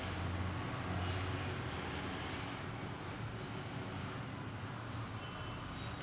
आपण येथे क्लिक करून आपल्या खात्याची दररोज देय मर्यादा तपासू शकता